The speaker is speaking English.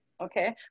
Okay